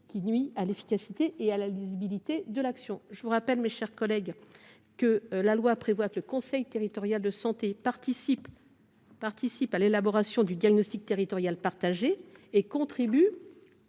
qui nuit à l’efficacité et à la lisibilité de l’action. Je rappelle, mes chers collègues, que la loi prévoit que le conseil territorial de santé participe – participe !– à l’élaboration du diagnostic territorial partagé et contribue